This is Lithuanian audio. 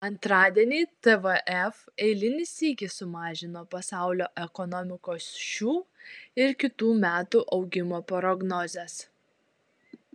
antradienį tvf eilinį sykį sumažino pasaulio ekonomikos šių ir kitų metų augimo prognozes